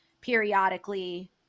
periodically